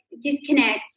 disconnect